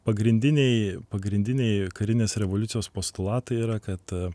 pagrindiniai pagrindiniai karinės revoliucijos postulatai yra kad